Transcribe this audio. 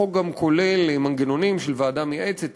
החוק גם כולל מנגנונים של ועדה מייעצת,